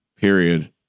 period